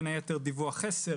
בין היתר דיווח חסר,